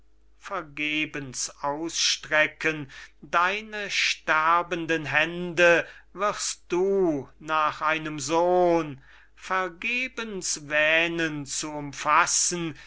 vergebens ausstrecken deine sterbenden hände wirst du nach einem sohn vergebens wähnen zu umfassen